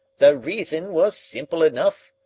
the reason was simple enough,